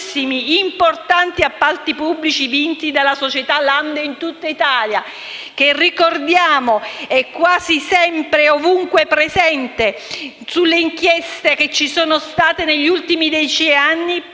importanti appalti pubblici vinti della società Lande in tutta Italia, che - ricordiamo - è quasi sempre ovunque presente nelle inchieste che ci sono state negli ultimi dieci anni